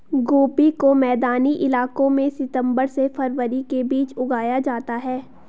गोभी को मैदानी इलाकों में सितम्बर से फरवरी के बीच उगाया जाता है